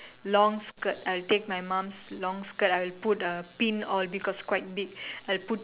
long skirt I'll take my mom's long skirt I'll put a pin all because quite big I'll put